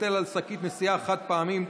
היטל על שקית נשיאה חד-פעמית),